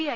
I